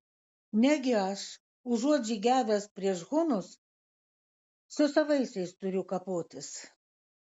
negi aš užuot žygiavęs prieš hunus su savaisiais turiu kapotis